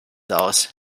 aus